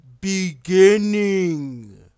beginning